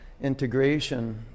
integration